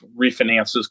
refinances